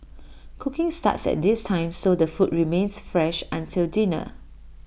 cooking starts at this time so the food remains fresh until dinner